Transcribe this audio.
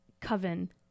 Coven